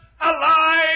alive